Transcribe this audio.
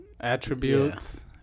attributes